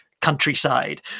countryside